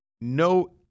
no